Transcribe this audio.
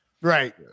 Right